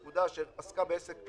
תהיה בהלה לנצל.